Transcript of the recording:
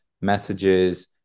messages